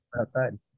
outside